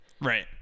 right